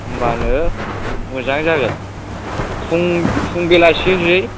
होनबानो मोजां जागोन फुं फुं बेलासि होनसै